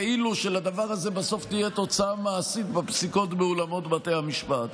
כאילו שלדבר הזה בסוף תהיה תוצאה מעשית בפסיקות באולמות בתי המשפט.